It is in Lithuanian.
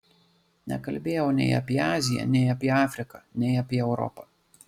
nekalbėjau nei apie aziją nei apie afriką nei apie europą